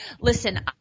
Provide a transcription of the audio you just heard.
listen